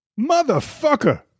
Motherfucker